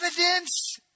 evidence